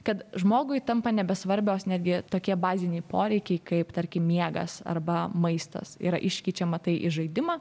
kad žmogui tampa nebesvarbios netgi tokie baziniai poreikiai kaip tarkim miegas arba maistas yra iškeičiama tai į žaidimą